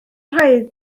rhaid